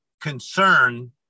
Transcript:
concern